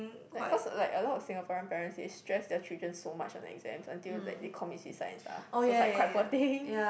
like cause like a lot of Singaporean parents they stress their children so much on exams until like they commit suicide and stuff so it's like quite poor thing